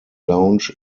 lounge